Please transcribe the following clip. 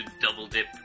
double-dip